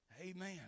Amen